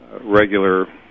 regular